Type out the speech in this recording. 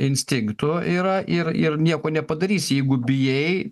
instinktų yra ir ir nieko nepadarysi jeigu bijai